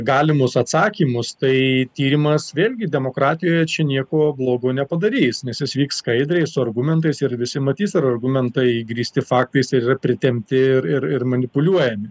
galimus atsakymus tai tyrimas vėlgi demokratijoje čia nieko blogo nepadarys nes jis vyks skaidriai su argumentais ir visi matys ar argumentai grįsti faktais ar yra pritempti ir ir manipuliuojami